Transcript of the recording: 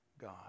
God